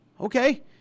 Okay